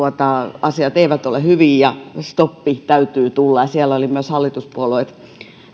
asiat eivät ole hyvin ja stoppi täytyy tulla ja siellä olivat myös hallituspuolueet